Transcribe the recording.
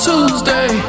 Tuesday